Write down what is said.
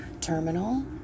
terminal